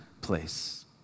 place